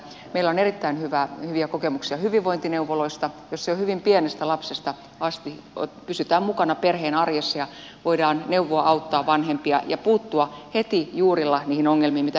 meillä on erittäin hyviä kokemuksia hyvinvointineuvoloista joissa jo hyvin pienestä lapsesta asti pysytään mukana perheen arjessa ja voidaan neuvoa auttaa vanhempia ja puuttua heti juurilla niihin ongelmiin mitä perheeseen on syntymässä